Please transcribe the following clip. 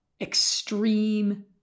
extreme